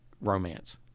romance